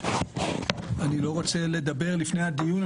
אני לא רוצה לדבר לפני הדיון.